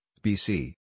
BC